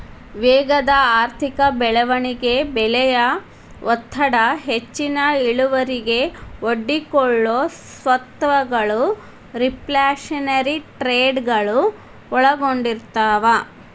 ವೇಗದ ಆರ್ಥಿಕ ಬೆಳವಣಿಗೆ ಬೆಲೆಯ ಒತ್ತಡ ಹೆಚ್ಚಿನ ಇಳುವರಿಗೆ ಒಡ್ಡಿಕೊಳ್ಳೊ ಸ್ವತ್ತಗಳು ರಿಫ್ಲ್ಯಾಶನರಿ ಟ್ರೇಡಗಳು ಒಳಗೊಂಡಿರ್ತವ